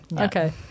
Okay